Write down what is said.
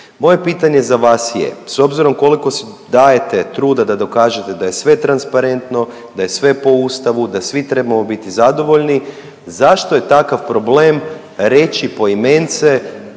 Moje pitanje za vas je, s obzirom koliko si dajete truda da dokažete da je sve transparentno, da je sve po Ustavu da svi trebamo biti zadovoljni, zašto je takav problem reći poimence